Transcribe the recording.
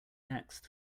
next